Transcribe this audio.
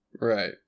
right